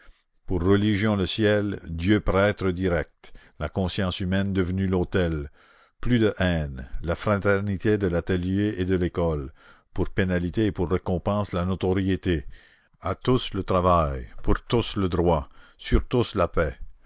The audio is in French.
pour religion le ciel dieu prêtre direct la conscience humaine devenue l'autel plus de haines la fraternité de l'atelier et de l'école pour pénalité et pour récompense la notoriété à tous le travail pour tous le droit sur tous la paix